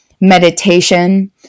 meditation